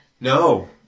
No